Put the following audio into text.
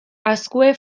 azkue